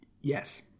Yes